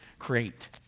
create